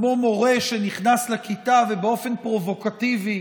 כמו מורה שנכנס לכיתה ובאופן פרובוקטיבי